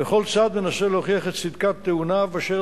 וכל צד מנסה להוכיח את צדקת טיעוניו באשר